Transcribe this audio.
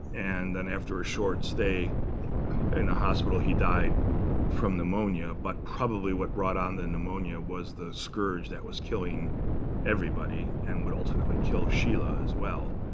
and then after a short stay in the hospital, he died from pneumonia. but probably what brought on the pneumonia was the scourge that was killing everybody, and would ultimately kill schiele as well.